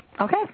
Okay